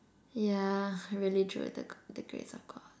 yeah really through the the grace of God